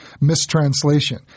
mistranslation